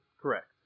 Correct